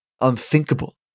unthinkable